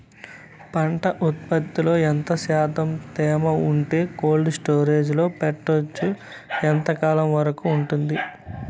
పంట ఉత్పత్తులలో ఎంత శాతం తేమ ఉంటే కోల్డ్ స్టోరేజ్ లో పెట్టొచ్చు? ఎంతకాలం వరకు ఉంటుంది